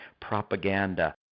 propaganda